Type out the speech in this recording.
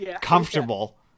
comfortable